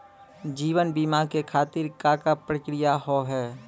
जीवन बीमा के खातिर का का प्रक्रिया हाव हाय?